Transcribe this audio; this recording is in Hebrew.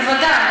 בוודאי.